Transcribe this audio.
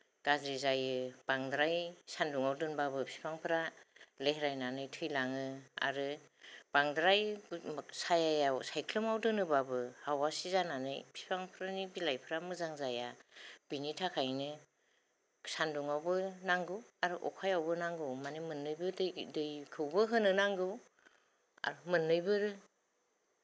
गाज्रि जायो बांद्राय सान्दुङाव दोनबाबो बिफांफोरा लेहरायनानै थैलाङो आरो बांद्राय सायायाव सायख्लुमाव दोनोब्लाबो हावासि जानानै बिफांफोरनि बिलाइफोरा मोजां जाया बिनि थाखायनो सान्दुङावबो नांगौ आरो अखायावबो नांगौ माने मोननैबो दै दैखौबो होनो नांगौ आरो मोननैबो